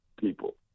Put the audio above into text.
people